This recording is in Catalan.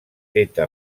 feta